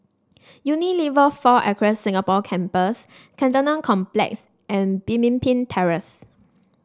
Unilever Four Acres Singapore Campus Cantonment Complex and Pemimpin Terrace